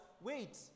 wait